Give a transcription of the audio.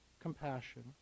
compassion